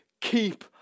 keep